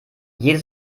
jede